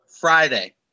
Friday